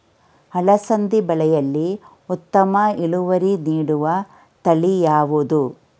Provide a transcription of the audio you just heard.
ಅಲಸಂದಿ ಬೆಳೆಯಲ್ಲಿ ಉತ್ತಮ ಇಳುವರಿ ನೀಡುವ ತಳಿ ಯಾವುದು?